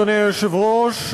אדוני היושב-ראש,